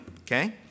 okay